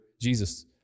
Jesus